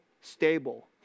stable